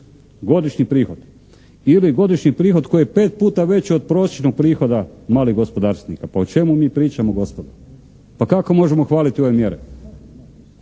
godišnji prihod. Ili godišnji prihod koji je 5 puta veći od prosječnog prihoda malih gospodarstvenika. Pa o čemu mi pričamo, gospodo? Pa kako možemo hvaliti ove mjere?